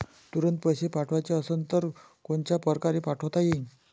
तुरंत पैसे पाठवाचे असन तर कोनच्या परकारे पाठोता येईन?